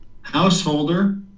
Householder